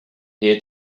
here